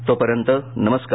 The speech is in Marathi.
तोपर्यंत नमस्कार